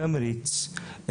תמריץ,